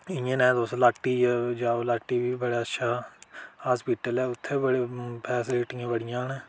इयां ने तुस लाटी जाओ लाटी बी बड़ा अच्छा हास्पिटल ऐ उत्थै बड़े फैस्लिटी बड़ियां न